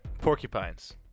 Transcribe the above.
porcupines